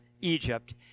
Egypt